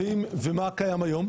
ואם לא, ומה קיים היום?